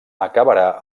acabarà